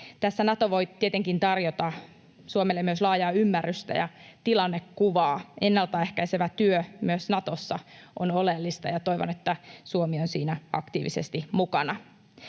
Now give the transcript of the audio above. Nato voi tietenkin tarjota Suomelle myös laajaa ymmärrystä ja tilannekuvaa. Ennalta ehkäisevä työ myös Natossa on oleellista, ja toivon että Suomi on siinä aktiivisesti mukana.